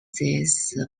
this